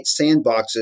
sandboxes